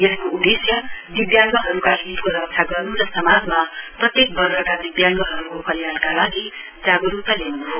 यसको उद्देश्य दिव्याङ्गहरूका हितको रक्षा गर्न् र समाजमा प्रत्येक वर्गका दिव्याङ्गहरूको कल्याणका लागि जागरूकता ल्याउन् हो